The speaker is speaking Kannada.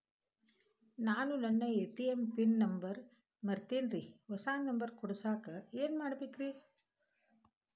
ನಾನು ನನ್ನ ಎ.ಟಿ.ಎಂ ಪಿನ್ ನಂಬರ್ ಮರ್ತೇನ್ರಿ, ಹೊಸಾ ನಂಬರ್ ಕುಡಸಾಕ್ ಏನ್ ಮಾಡ್ಬೇಕ್ರಿ?